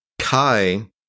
Kai